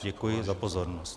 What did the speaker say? Děkuji za pozornost.